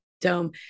dome